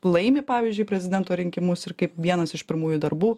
laimi pavyzdžiui prezidento rinkimus ir kaip vienas iš pirmųjų darbų